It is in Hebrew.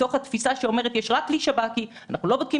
שאומרת שיש רק כלי של השב"כ ואנחנו לא בודקים